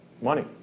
money